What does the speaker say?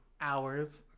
hours